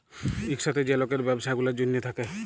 ইকসাথে যে লকের ব্যবছা গুলার জ্যনহে থ্যাকে